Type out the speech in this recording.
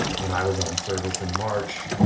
when i was on service in march,